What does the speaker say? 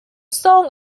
song